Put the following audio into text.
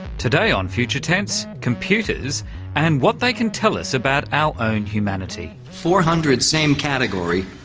today on future tense, computers and what they can tell us about our own humanity. four hundred same category.